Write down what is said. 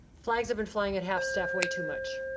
flags have been flying at half-staff way too much.